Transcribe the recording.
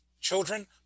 children